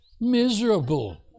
miserable